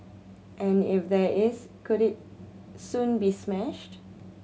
and if there is could it soon be smashed